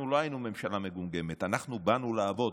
אנחנו לא היינו ממשלה מגומגמת, אנחנו באנו לעבוד.